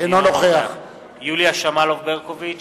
אינו נוכח יוליה שמאלוב-ברקוביץ,